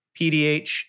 Pdh